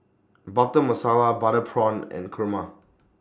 Butter Masala Butter Prawn and Kurma